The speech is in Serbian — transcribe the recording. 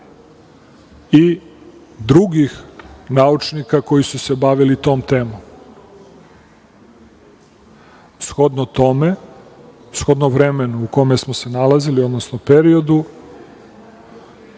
i drugih naučnika koji su se bavili tom temom. Shodno tome, shodno vremenu u kome smo se nalazili, odnosno periodu,